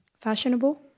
fashionable